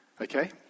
Okay